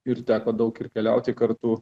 ir teko daug ir keliauti kartu